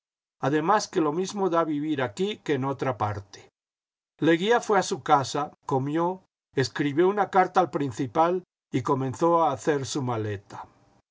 además que lo mismo da vivir aquí que en otra parte leguía fué a su casa comió escribió una carta al principal y comenzó a hacer su maleta